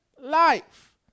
life